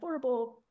affordable